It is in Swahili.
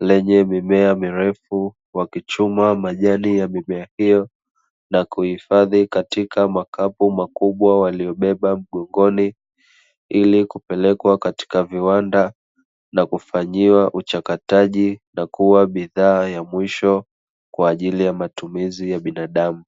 lenye mimea mirefu wakichuma majani ya mimea hiyo na kuifadhi katika makapu, makubwa waliyo beba mgongoni ili kupelekwa katika viwanda na kufanyiwa uchakataji na kuwa bidhaa ya mwisho kwa ajili ya matumizi ya binadamu.